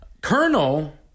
Colonel